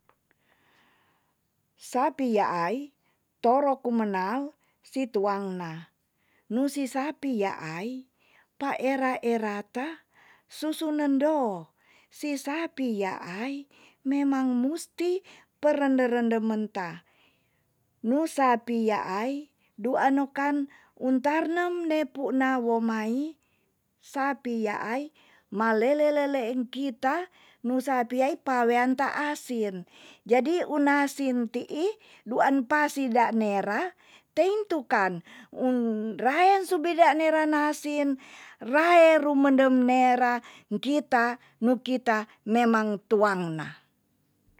Sapi yaai toro kumenang si tuang na nusi sapi yaai pa era era ta susu nendo si sapi yaai memang musti pe rende rende menta nu sapi yaai dua nokan untarnem ne puna wo mai sapi yaai malele lele eng kita nu sapi yaai pawean taasin jadi un asin tii duan pasida nera teintu kan un draen subi danera naasin raen rumendem nera kina nu kita memang tuang na.